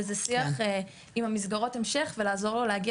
וזה שיח עם מסגרות ההמשך ולעזור לו להגיע